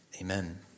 Amen